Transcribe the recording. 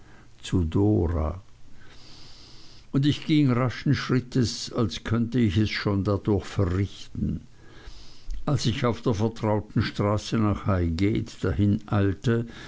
dora und ich ging raschen schrittes als könnte ich es schon dadurch verrichten als ich auf der vertrauten straße nach highgate